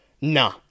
nah